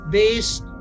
based